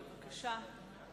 בבקשה.